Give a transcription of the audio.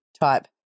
type